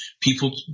people